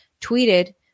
tweeted